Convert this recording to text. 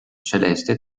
celeste